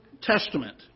testament